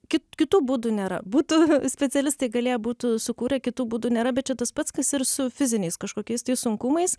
kit kitų būdų nėra būtų specialistai galėję būtų sukūrę kitų būdų nėra bet čia tas pats kas ir su fiziniais kažkokiais tai sunkumais